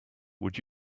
would